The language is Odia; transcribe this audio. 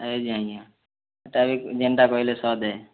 ଆଏ ଯେ ଆଜ୍ଞା ହେଟା ବି ଯେନ୍ଟା କହିଲେ ସତ୍ ଆଏ